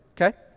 okay